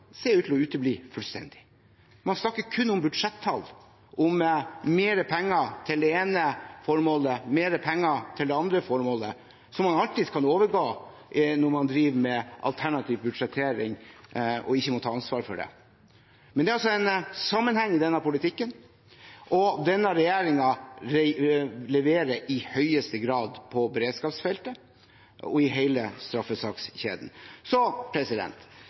ser ut til å utebli fullstendig. Man snakker kun om budsjettall, om mer penger til både det ene og det andre formålet, som man faktisk kan overgå når man driver med alternativ budsjettering og ikke må ta ansvar for det. Men det er altså en sammenheng i denne politikken, og denne regjeringen leverer i høyeste grad på beredskapsfeltet og i hele straffesakskjeden. Så